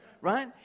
right